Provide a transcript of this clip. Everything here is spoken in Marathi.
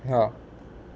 हां